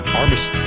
Harvest